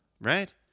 right